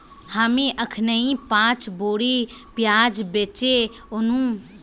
हामी अखनइ पांच बोरी प्याज बेचे व नु